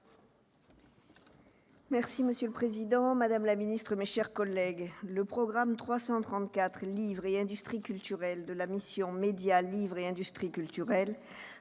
avis. Monsieur le président, madame la ministre, mes chers collègues, le programme 334 « Livre et industries culturelles » de la mission « Médias, livre et industries culturelles